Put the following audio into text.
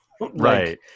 right